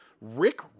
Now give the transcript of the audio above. Rick